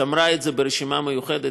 ושמרה את זה ברשימה מיוחדת.